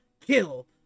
Kill